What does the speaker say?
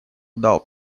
дал